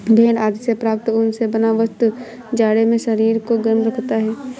भेड़ आदि से प्राप्त ऊन से बना वस्त्र जाड़े में शरीर को गर्म रखता है